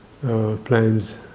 plans